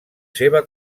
seva